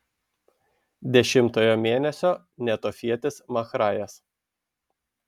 dešimtojo mėnesio netofietis mahrajas